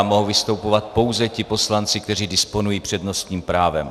Mohou vystupovat pouze ti poslanci, kteří disponují přednostním právem.